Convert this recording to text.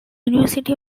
university